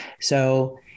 So-